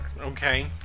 okay